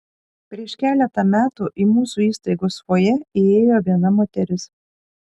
prieš keletą metų į mūsų įstaigos fojė įėjo viena moteris